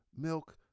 milk